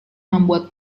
membuat